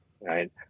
right